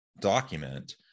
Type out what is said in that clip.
document